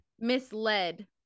misled